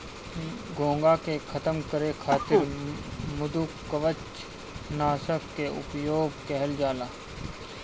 घोंघा के खतम करे खातिर मृदुकवच नाशक के उपयोग कइल जाला